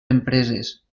empreses